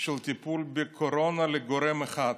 של טיפול בקורונה לגורם אחד,